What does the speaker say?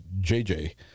jj